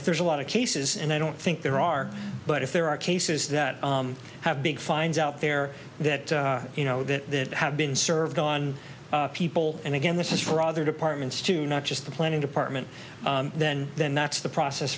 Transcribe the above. if there's a lot of cases and i don't think there are but if there are cases that have big fines out there that you know that have been served on people and again this is for other departments too not just the planning department then then that's the process